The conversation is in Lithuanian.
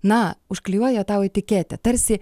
na užklijuoja tau etiketę tarsi